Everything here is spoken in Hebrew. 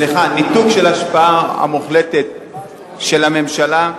סליחה, ניתוק של ההשפעה המוחלטת של הממשלה.